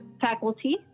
faculty